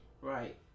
Right